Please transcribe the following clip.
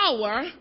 power